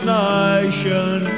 nation